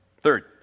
Third